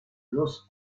los